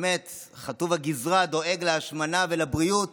חטוב הגזרה דואג להשמנה ולבריאות